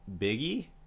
biggie